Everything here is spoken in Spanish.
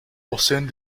poseen